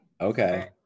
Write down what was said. Okay